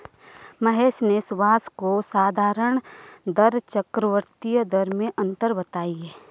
महेश ने सुभाष को साधारण दर चक्रवर्ती दर में अंतर बताएं